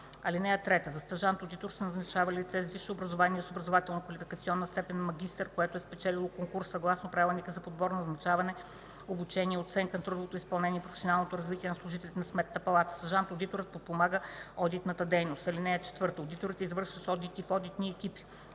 палата. (3) За стажант-одитор се назначава лице с висше образование, с образователно-квалификационна степен „магистър”, което е спечелило конкурс съгласно Правилника за подбор, назначаване, обучение, оценка на трудовото изпълнение и професионалното развитие на служителите на Сметната палата. Стажант-одиторът подпомага одитната дейност. (4) Одиторите извършват одити в одитни екипи.